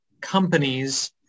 companies